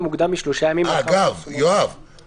מוקדם משלושה ימים לאחר פרסומו ברשומות.